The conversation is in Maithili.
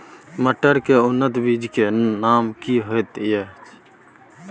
मटर के उन्नत बीज के नाम की होयत ऐछ?